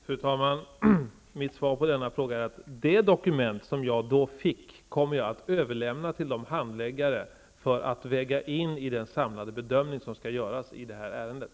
Fru talman! Mitt svar på denna fråga är att det dokument som jag fick vid detta tillfälle, kommer jag att överlämna till handläggarna för att vägas in i den samlade bedöming som skall göras i ärendet.